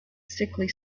sickly